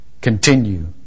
continue